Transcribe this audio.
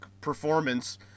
performance